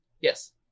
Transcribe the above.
Yes